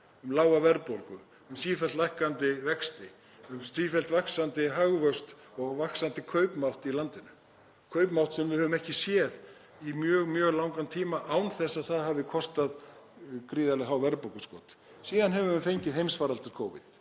lága verðbólgu, sífellt lækkandi vexti, sífellt vaxandi hagvöxt og vaxandi kaupmátt í landinu, kaupmátt sem við höfum ekki séð í mjög langan tíma án þess að það hafi kostað gríðarlega há verðbólguskot. Síðan höfum við fengið heimsfaraldur Covid.